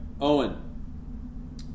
Owen